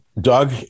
Doug